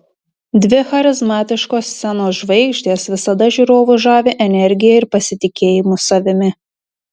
dvi charizmatiškos scenos žvaigždės visada žiūrovus žavi energija ir pasitikėjimu savimi